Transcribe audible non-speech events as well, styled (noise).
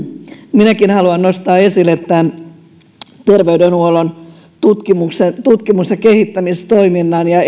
minäkin haluan nostaa esille tämän terveydenhuollon tutkimus ja kehittämistoiminnan ja (unintelligible)